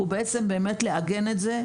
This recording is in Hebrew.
הוא בלעגן את זה.